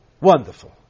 Wonderful